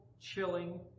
chilling